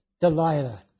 Delilah